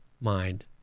mind